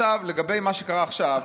לגבי מה שקרה עכשיו